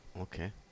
Okay